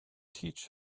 teach